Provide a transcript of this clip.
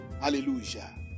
Hallelujah